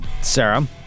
Sarah